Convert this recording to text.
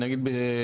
אני אגיד בדקה.